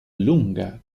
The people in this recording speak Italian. lunga